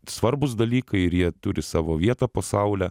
svarbūs dalykai ir jie turi savo vietą po saule